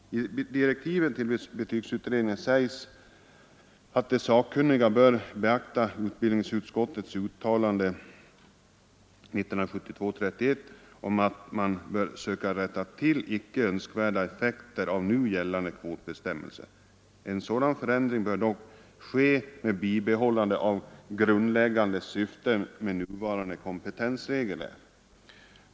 I direktiven till betygsutredningen sägs att de sakkunniga bör beakta utbildningsutskottets uttalande i betänkandet 1972:31 om att man bör söka rätta till icke önskvärda effekter av nu gällande kvotbestämmelser. En sådan förändring bör dock ske med bibehållande av grundläggande syften med nuvarande kompetensregler.